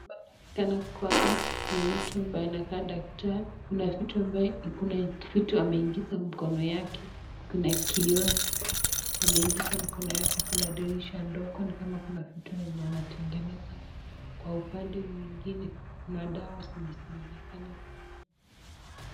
Hapa inaonekana kuwa ni mtu anaye kaa daktari, kuna mtu ambaye kuna kitu ambaye ameingiza mikono yake, kuna kioo ameingiza mkono yake kuna dirisha ndogo ni kama kuna vitu anatengeneza kwa upande mwingine kuna dawa zenye zinaonekana pia.